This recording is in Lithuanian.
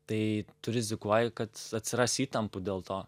tai tu rizikuoji kad atsiras įtampų dėl to